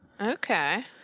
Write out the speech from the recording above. Okay